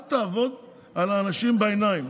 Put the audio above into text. אל תעבוד על האנשים בעיניים.